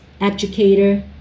educator